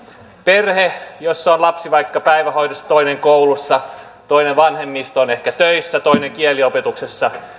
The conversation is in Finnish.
perhe jossa on lapsi vaikka päivähoidossa toinen koulussa toinen vanhemmista on ehkä töissä toinen kieliopetuksessa